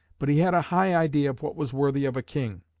but he had a high idea of what was worthy of a king,